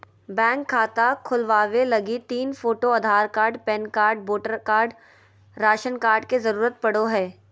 bank खाता खोलबावे लगी तीन photo, Aadhaar card, PAN card, voter card, ration card के जरूरत पड़ो हय